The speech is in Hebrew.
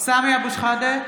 סמי אבו שחאדה,